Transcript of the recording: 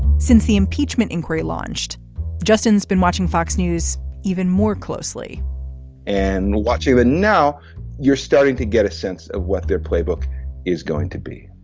since the impeachment inquiry launched justin's been watching fox news even more closely and watching and now you're starting to get a sense of what their playbook is going to be.